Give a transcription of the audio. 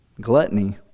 Gluttony